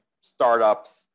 startups